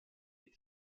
die